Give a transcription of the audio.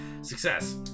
success